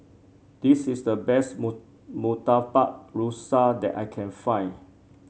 this is the best Murtabak Rusa that I can find